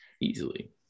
Easily